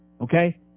Okay